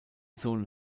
sohn